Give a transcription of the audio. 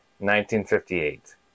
1958